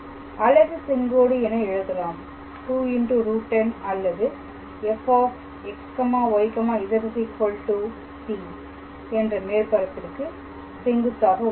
அலகு செங்கோடு என எழுதலாம் 2√10 அல்லது fxyz c என்ற மேற்பரப்பிற்கு செங்குத்தாக உள்ளது